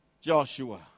Joshua